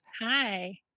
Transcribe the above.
Hi